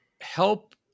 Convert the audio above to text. help